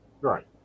Right